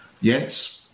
yes